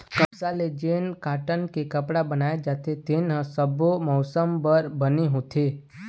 कपसा ले जेन कॉटन के कपड़ा बनाए जाथे तेन ह सब्बो मउसम बर बने होथे